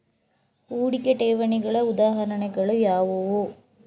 ಹೂಡಿಕೆ ಠೇವಣಿಗಳ ಉದಾಹರಣೆಗಳು ಯಾವುವು?